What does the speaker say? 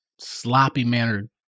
sloppy-mannered